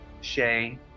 Shay